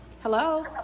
Hello